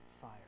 fire